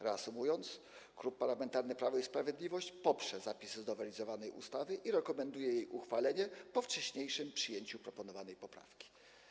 Reasumując, Klub Parlamentarny Prawo i Sprawiedliwość poprze zapisy znowelizowanej ustawy i rekomenduje jej uchwalenie po wcześniejszym przyjęciu proponowanej poprawki.